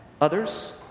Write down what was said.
others